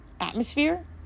atmosphere